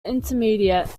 intermediate